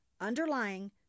underlying